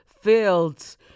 Fields